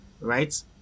right